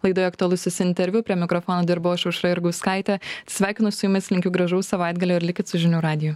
laidoje aktualusis interviu prie mikrofono dirbau aš aušra jurgauskaitė atsisveikinu su jumis linkiu gražaus savaitgalio ir likit su žinių radiju